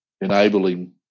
enabling